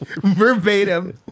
verbatim